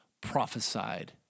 prophesied